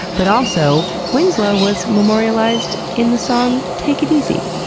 but also winslow was memorialized in the song take it easy,